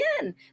again